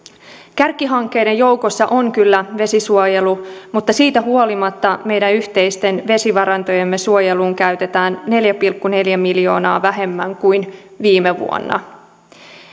kärkihankkeiden joukossa on kyllä vesisuojelu mutta siitä huolimatta meidän yhteisten vesivarantojemme suojeluun käytetään neljä pilkku neljä miljoonaa vähemmän kuin viime vuonna